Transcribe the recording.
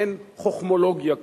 מעין חוכמולוגיה כזאת.